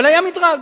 אבל היה מדרג.